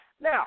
Now